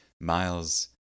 Miles